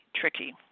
tricky